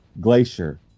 Glacier